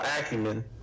acumen